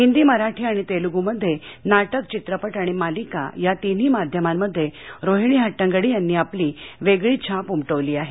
हिंदी मराठी आणि तेलुगूमध्ये नाटक चित्रपट आणि मालिका या तीनही माध्यमांमध्ये रोहिणी हट्टंगडी यांनी आपली वेगळी छाप उमटवली आहे